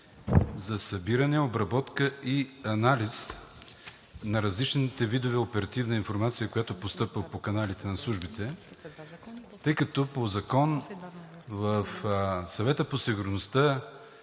за събиране, обработка и анализ на различните видове оперативна информация, която постъпва по каналите на службите? По закон в Съвета по сигурността